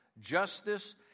justice